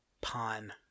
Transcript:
pawn